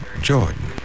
Jordan